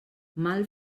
mal